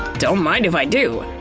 don't mind if i do!